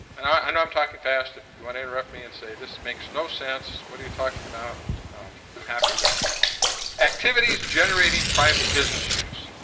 and i know i'm talking fast if you want to interrupt me and say this makes no sense. what are you talking about happiness activities generating private business shoes.